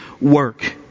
work